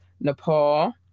Nepal